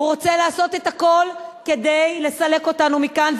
הוא רוצה לעשות את הכול כדי לסלק אותנו מכאן,